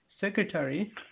Secretary